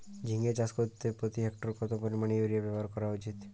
ঝিঙে চাষ করতে প্রতি হেক্টরে কত পরিমান ইউরিয়া ব্যবহার করা উচিৎ?